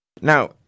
Now